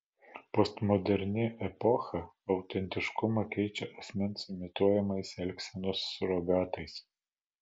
postmoderni epocha autentiškumą keičia asmens imituojamais elgsenos surogatais